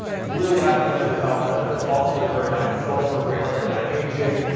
really have tremendous health benefits. also, they're very high in sulphur, great for anti-aging,